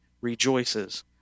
rejoices